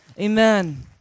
Amen